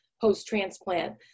post-transplant